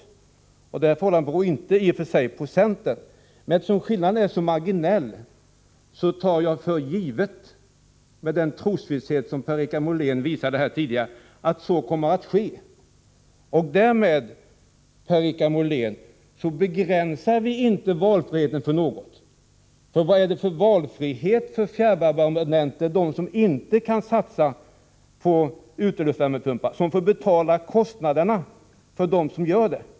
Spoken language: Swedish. Detta förhållande beror i och för sig inte på centern, men eftersom skillnaden är så marginell tar jag för givet, med samma trosvisshet som Per-Richard Molén tidigare visade, att så kommer att ske. Därmed begränsar vi inte valfriheten för någon, Per-Richard Molén. För vilken valfrihet har de fjärrvärmeabonnenter som inte kan satsa på uteluftsvärmepumpar men som får betala kostnaderna för dem som gör det?